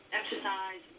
exercise